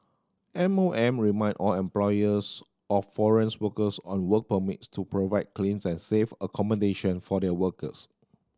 M O M reminded all employers of foreign workers on work permits to provide clean and safe accommodation for their workers